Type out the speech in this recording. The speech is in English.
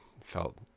felt